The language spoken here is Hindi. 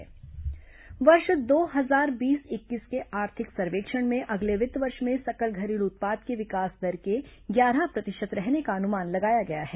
केन्द्र आर्थिक सर्वेक्षण वर्ष दो हजार बीस इक्कीस के आर्थिक सर्वेक्षण में अगले वित्त वर्ष में सकल घरेलू उत्पाद की विकास दर के ग्यारह प्रतिशत रहने का अनुमान लगाया गया है